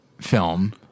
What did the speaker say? film